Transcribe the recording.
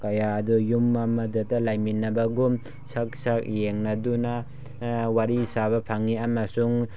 ꯀꯌꯥ ꯑꯗꯨ ꯌꯨꯝ ꯑꯃꯗꯇ ꯂꯩꯃꯤꯟꯅꯕꯒꯨꯝ ꯁꯛ ꯁꯛ ꯌꯦꯡꯅꯗꯨꯅ ꯋꯥꯔꯤ ꯁꯥꯕ ꯐꯪꯉꯤ ꯑꯃꯁꯨꯡ